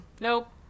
Nope